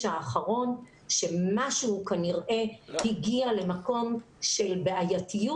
האחרון כי משהו כנראה הגיע למקום של בעיתיות.